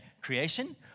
creation